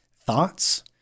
thoughts